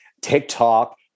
TikTok